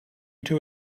too